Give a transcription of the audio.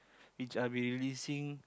which I'll be releasing